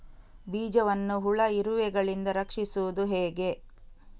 ಬೀಜವನ್ನು ಹುಳ, ಇರುವೆಗಳಿಂದ ರಕ್ಷಿಸುವುದು ಹೇಗೆ?